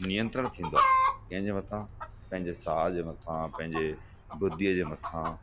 नियंत्रण थींदो आहे कंहिंजे मथां पंहिंजे साह जे मथां पंहिंजे बुद्धीअ जे मथां